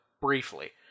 briefly